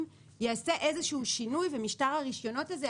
ייעשה איזה שהוא שינוי ומשטר הרשיונות הזה,